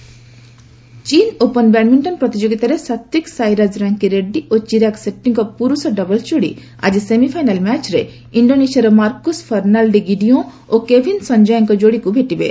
badminton ଚୀନ୍ open badminton ପ୍ରତିଯୋଗିତାରେ Satwik Sairaj Rankireddy ଓ ଚିରାଗ୍ ସେଟ୍ଟାଙ୍କ ପୁରୁଷ ଡବଲ୍ସ ଯୋଡ଼ି ଆଜି ସେମିଫାଇନାଲ୍ ମ୍ୟାଚ୍ରେ ଇଣ୍ଡୋନେସିଆର ମାର୍କୁସ୍ ଫର୍ଷାଲ୍ଡି ଗିଡିଓଁ ଓ କେଭିନ୍ ସଞ୍ଜୟାଙ୍କ ଯୋଡ଼ିକୁ ଭେଟିବେ